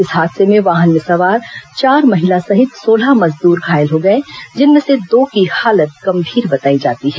इस हादसे में वाहन में सवार चार महिला सहित सोलह मजदूर घायल हो गए जिनमें से दो की हालत गंभीर बताई जाती है